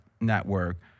network